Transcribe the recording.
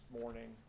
morning